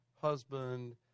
Husband